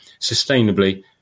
sustainably